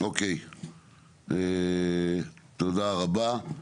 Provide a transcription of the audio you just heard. אוקיי, תודה רבה,